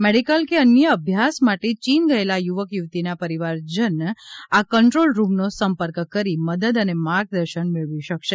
medical કે અન્ય અભ્યાસ માટે ચીન ગયેલા યુવક યુવતી ના પરિવારજન આ કંટ્રોલ રૂમ નો સંપર્ક કરી મદદ અને માર્ગદર્શન મેળવી શકશે